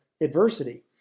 adversity